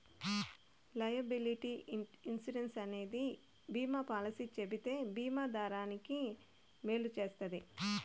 liability insurance అనేది బీమా policy చెబితే బీమా దారానికి మేలు చేస్తది